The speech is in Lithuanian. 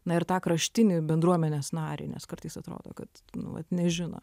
na ir tą kraštinį bendruomenės narį nes kartais atrodo kad nu vat nežino